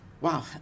Wow